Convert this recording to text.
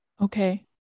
Okay